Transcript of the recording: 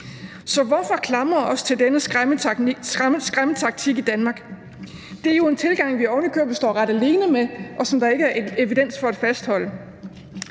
Så hvorfor klamre os til denne skræmmetaktik i Danmark? Det er jo en tilgang, som vi ovenikøbet står ret alene med, og som der ikke er evidens for at fastholde.